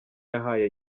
yahaye